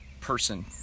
person